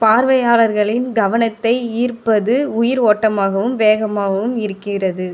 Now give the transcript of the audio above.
பார்வையாளர்களின் கவனத்தை ஈர்ப்பது உயிர் ஓட்டமாகவும் வேகமாகவும் இருக்கிறது